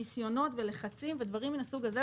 ניסיונות ולחצים ודברים מהסוג הזה.